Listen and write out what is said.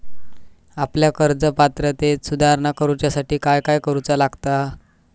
आपल्या कर्ज पात्रतेत सुधारणा करुच्यासाठी काय काय करूचा लागता?